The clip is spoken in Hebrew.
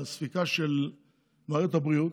הספיקה של מערכת הבריאות,